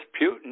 Putin